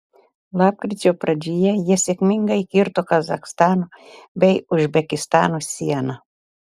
lapkričio pradžioje jie sėkmingai kirto kazachstano bei uzbekistano sieną